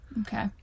Okay